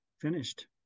finished